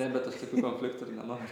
ne bet aš tokių konfliktų ir nenoriu